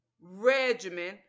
regimen